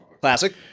Classic